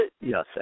yes